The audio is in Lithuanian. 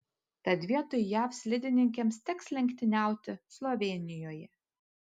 tad vietoj jav slidininkėms teks lenktyniauti slovėnijoje